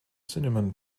cinnamon